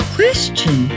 Question